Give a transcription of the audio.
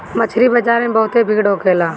मछरी बाजार में बहुते भीड़ होखेला